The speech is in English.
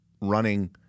running